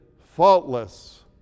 faultless